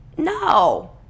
no